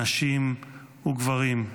נשים וגברים.